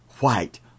white